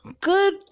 good